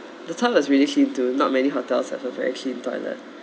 the tub is really clean too not many hotels have a very clean toilet